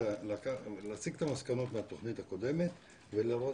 להציג את המסקנות מהתוכנית הקודמת ולראות